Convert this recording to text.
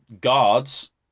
guards